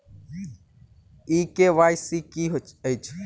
ई KYC की अछि?